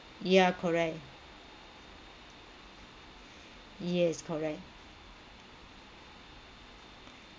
ya correct yes correct